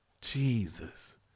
Jesus